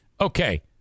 Okay